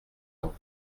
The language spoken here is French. ans